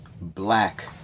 black